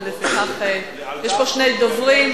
ולפיכך יש פה שני דוברים.